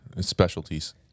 specialties